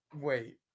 Wait